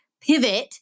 pivot